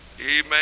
amen